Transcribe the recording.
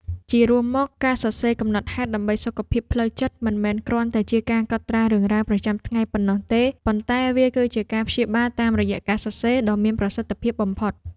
ជារួមមក ការសរសេរកំណត់ហេតុដើម្បីសុខភាពផ្លូវចិត្ត មិនមែនគ្រាន់តែជាការកត់ត្រារឿងរ៉ាវប្រចាំថ្ងៃប៉ុណ្ណោះទេ ប៉ុន្តែវាគឺជាការព្យាបាលតាមរយៈការសរសេរ ដ៏មានប្រសិទ្ធភាពបំផុត។